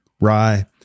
rye